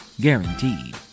Guaranteed